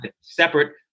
separate